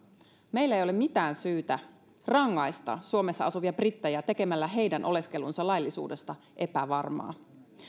meillä ei ole mitään syytä rangaista suomessa asuvia brittejä tekemällä heidän oleskelunsa laillisuudesta epävarmaa